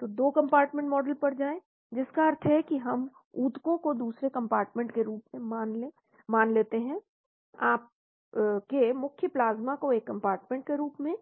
तो 2 compartment model पर जाएं जिसका अर्थ है कि हम ऊतकों को दूसरे कंपार्टमेंट के रूप में मान लेते हैं आपके मुख्य प्लाज्मा को एक कंपार्टमेंट के रूप में